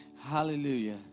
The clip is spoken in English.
hallelujah